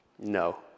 No